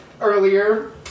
earlier